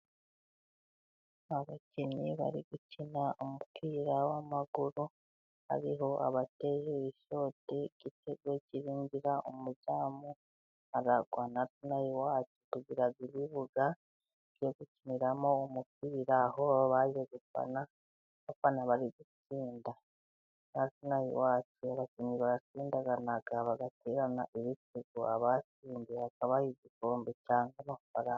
Abakinnyi bari gukina umupira w'amaguru. Hariho abateye ishoti igitego kirinjira, umuzamu aragwa. Na twe inaha iwacu tugira ibibuga byo gukiniramo umupira, aho baje gukina, abafana bari gutsinda. Natwe inaha iwacu abakinnyi baratsindana, bagaterana ibitego, abatsinze bakabaha igikombe cyangwa amafaranga.